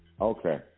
Okay